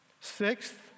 Sixth